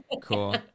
Cool